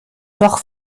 doch